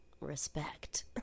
Respect